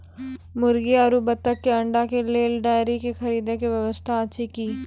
मुर्गी आरु बत्तक के अंडा के लेल डेयरी के खरीदे के व्यवस्था अछि कि?